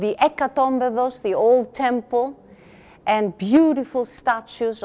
those the old temple and beautiful statues